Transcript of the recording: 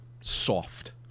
soft